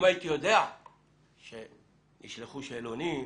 אם הייתי יודע שישלחו שאלונים,